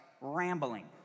rambling